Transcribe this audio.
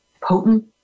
potent